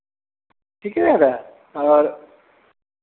ठीक है दादा और